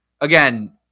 Again